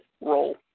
role